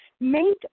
make